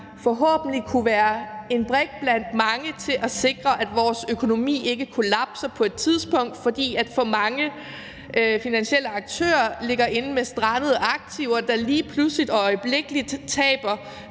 forhåbentlig kunne være én brik blandt mange til at sikre, at vores økonomi ikke kollapser på et tidspunkt, fordi for mange finansielle aktører ligger inde med strandede aktiver, der lige pludselig og øjeblikkelig taber